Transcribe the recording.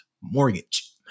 mortgage